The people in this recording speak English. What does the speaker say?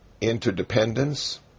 Interdependence